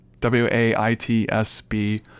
W-A-I-T-S-B